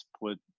put